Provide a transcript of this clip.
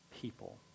people